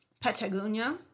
Patagonia